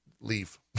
leave